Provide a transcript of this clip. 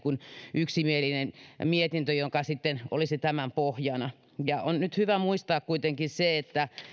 yksimielinen mietintö joka on tämän pohjana on hyvä muistaa kuitenkin se että